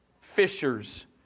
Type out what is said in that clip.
fishers